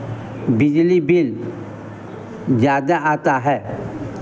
बिजली बिल ज़्यादा आता है